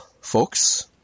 folks